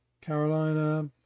Carolina